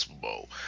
Bowl